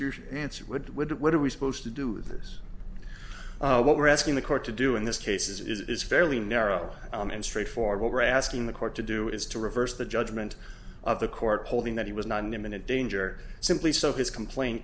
your answer what would what are we supposed to do with this what we're asking the court to do in this case is fairly narrow and straightforward we're asking the court to do is to reverse the judgment of the court holding that he was not in imminent danger simply so his complaint